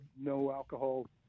no-alcohol